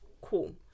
cool